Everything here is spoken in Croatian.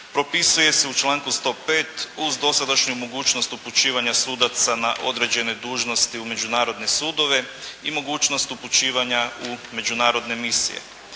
propisuje se u članku 105. uz dosadašnju mogućnost upućivanja sudaca na određene dužnosti u međunarodne sudove i mogućnost upućivanja u međunarodne misije.